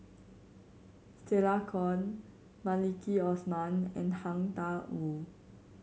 Stella Kon Maliki Osman and Tang Da Wu